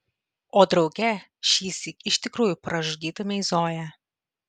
o drauge šįsyk iš tikrųjų pražudytumei zoją